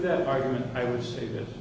that argument i would say that